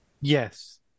Yes